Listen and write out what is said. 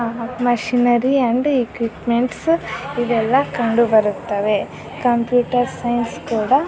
machinery and equipments ಇದೆಲ್ಲ ಕಂಡುಬರುತ್ತವೆ computer science ಕೂಡ